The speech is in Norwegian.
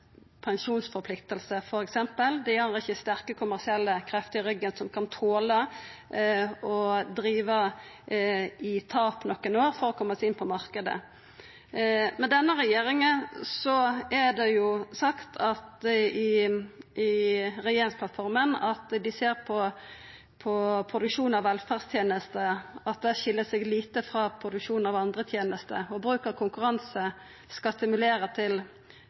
ikkje sterke kommersielle krefter i ryggen som kan tola å driva med tap nokre år for å koma seg inn på marknaden. Med denne regjeringa er det skrive i regjeringsplattforma at ein meiner at produksjonen av velferdstenester skil seg lite frå produksjonen av andre tenester. Bruk av konkurranse skal stimulera til